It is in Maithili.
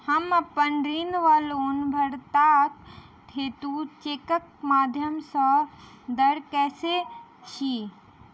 हम अप्पन ऋण वा लोन भरबाक हेतु चेकक माध्यम सँ दऽ सकै छी?